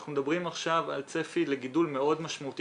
עכשיו אנחנו מדברים על צפי לגידול מאוד משמעותי.